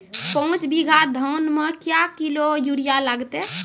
पाँच बीघा धान मे क्या किलो यूरिया लागते?